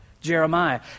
Jeremiah